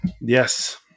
Yes